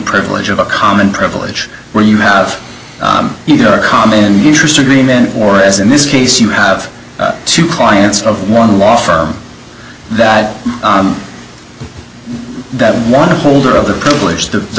privilege of a common privilege where you have a common interest agreement or as in this case you have two clients of one law for that that one a holder of the